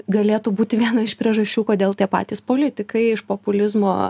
galėtų būti viena iš priežasčių kodėl tie patys politikai iš populizmo